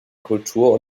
kultur